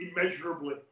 immeasurably